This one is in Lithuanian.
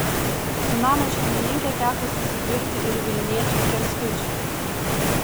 su namo šeimininke teko susidurti ir vilniečiui kęstučiui